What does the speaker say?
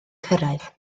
cyrraedd